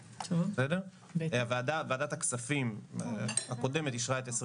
איך בפועל מחשבים את בסיס